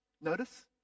Notice